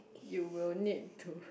you will need to